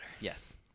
yes